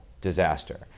disaster